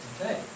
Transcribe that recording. Okay